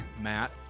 Matt